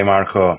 Marco